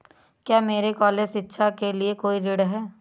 क्या मेरे कॉलेज शिक्षा के लिए कोई ऋण है?